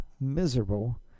miserable